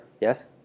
Yes